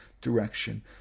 direction